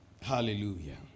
Hallelujah